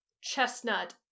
Chestnut